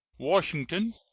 washington,